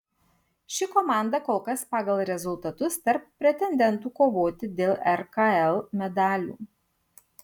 ši komanda kol kas pagal rezultatus tarp pretendentų kovoti dėl rkl medalių